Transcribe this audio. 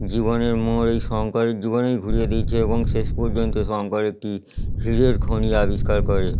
জীবনের মোড় এই শঙ্করের জীবনই ঘুরিয়ে দিয়েছে এবং শেষ পর্যন্ত শঙ্কর একটি হীরের খনি আবিষ্কার করে